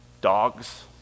Dogs